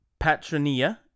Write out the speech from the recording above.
Patronia